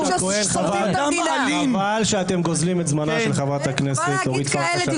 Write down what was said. חבל שאתם גוזלים את זמנה של חברת הכנסת אורית פרקש הכהן.